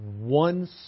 one